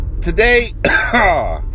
Today